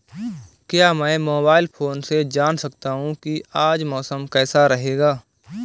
क्या मैं mobile phone से जान सकता हूँ कि आज मौसम कैसा रहेगा?